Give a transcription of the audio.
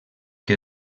que